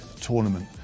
tournament